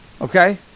okay